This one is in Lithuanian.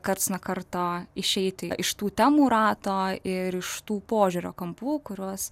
karts nuo karto išeiti iš tų temų rato ir iš tų požiūrio kampų kuriuos